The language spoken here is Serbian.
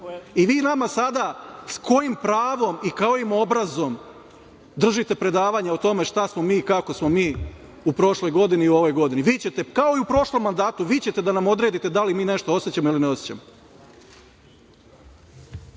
i vi nama sada, sa kojim pravom i kojim obrazom, držite predavanje šta smo mi, kako smo mi u prošloj godini, u ovoj godini. Kao i u prošlom mandatu, vi ćete da nam odredite da li mi nešto osećamo ili ne osećamo. Kažete